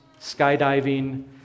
skydiving